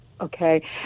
okay